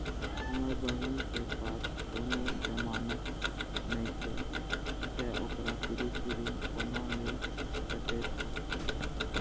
हमर बहिन के पास कोनो जमानत नेखे ते ओकरा कृषि ऋण कोना मिल सकेत छला?